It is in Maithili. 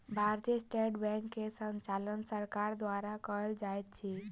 भारतीय स्टेट बैंक के संचालन सरकार द्वारा कयल जाइत अछि